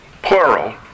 plural